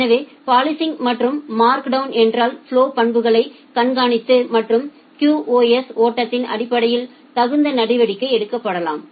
எனவே பாலிசிங் மற்றும் mark down என்றால் ப்லொ பண்புகளை கண்காணித்து மற்றும் QoS ஓட்டத்தின் அடிப்படையில் தகுந்த நடவடிக்கை எடுப்பதாகும்